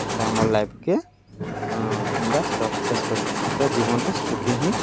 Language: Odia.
ଆଉ ଆମର୍ ଲାଇଫ୍କେ ଆମେ ଅଚିନ୍ତା ସକ୍ସେସ୍ କରି ପାର୍ମା ପୁରା ଜୀବନ୍ରେ ସୁଖୀ ହିଁ